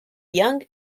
young